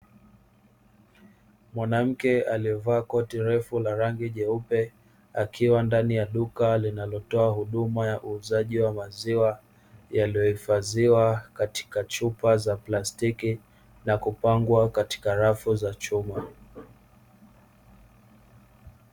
Mwanamke aliyevaa koti refu la rangi nyeupe, akiwa ndani ya duka linalotoa huduma ya uuzaji wa maziwa yaliyohifadhiwa katika chupa za plastiki na kupangwa katika rafu za chuma.